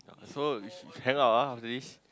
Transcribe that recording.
so we should hang out ah after this